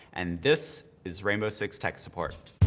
and this is rainbow six tech support.